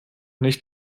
nicht